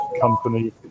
company